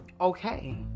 okay